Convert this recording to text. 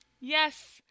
yes